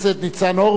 לא נתקבלה.